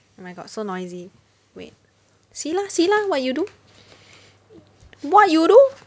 oh my god so noisy wait see lah see lah what you do what you do